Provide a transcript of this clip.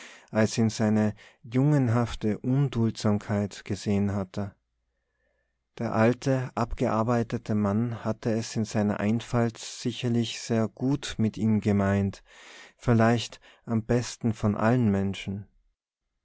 als ihn seine jungenhafte unduldsamkeit gesehen hatte der alte abgearbeitete mann hatte es in seiner einfalt sicherlich sehr gut mit ihm gemeint vielleicht am besten von allen menschen